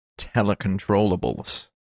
telecontrollables